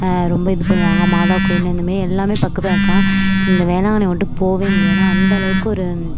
ரொம்ப இது பண்ணுவாங்க மாதா கோயில் இந்த மாதிரி எல்லாமே பக்கத்தில் இருக்கா இந்த வேளாங்கண்ணி விட்டு போகவே முடியாது அந்த அளவுக்கு ஒரு